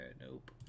Nope